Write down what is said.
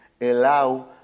allow